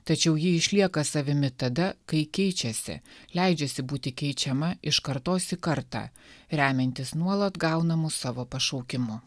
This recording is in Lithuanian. tačiau ji išlieka savimi tada kai keičiasi leidžiasi būti keičiama iš kartos į kartą remiantis nuolat gaunamus savo pašaukimu